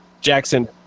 Jackson